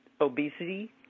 obesity